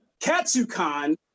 KatsuCon